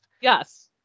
Yes